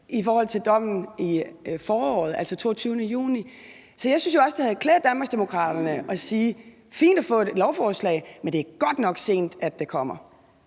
i forhold til dommen i foråret, altså den 22. juni. Så jeg synes jo også, det havde klædt Danmarksdemokraterne at sige, at det er fint at få et lovforslag, men at det godt nok er sent, det kommer.